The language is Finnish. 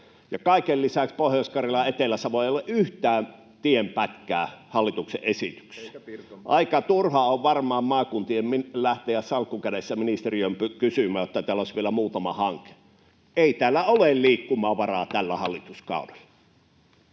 Kaiken lisäksi Pohjois-Karjalalla ja Etelä-Savolla ei ole yhtään tienpätkää hallituksen esityksessä. [Jouni Ovaska: Eikä Pirkanmaalla!] Aika turhaa on varmaan maakuntien lähteä salkku kädessä ministeriöön kysymään, että täällä olisi vielä muutama hanke. Ei täällä ole liikkumavaraa